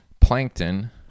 plankton